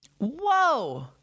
Whoa